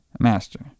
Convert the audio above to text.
Master